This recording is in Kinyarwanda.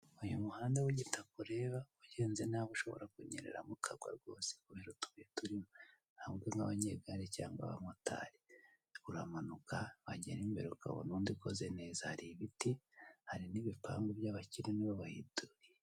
Uyu muhanda w'igitaka ureba ugenze nabi ushobora kunyereramo ukagwa rwose kubera utubuye turimo, ahubwo nk'abanyegare cyangwa abamotari uramanuka wagera imbere ukabona undi ukoze neza hari ibiti hari n'ibipangu by'abakire nibo bahituriye.